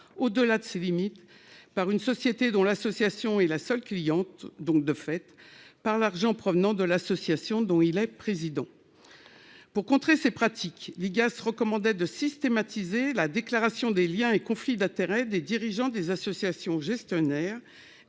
au-delà de ses limites par une société dont l'association est la seule cliente donc de fait par l'argent provenant de l'association dont il est président. Pour contrer ces pratiques l'IGAS recommandait de systématiser la déclaration des Liens et conflits d'intérêts des dirigeants des associations gestionnaires